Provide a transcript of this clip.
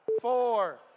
four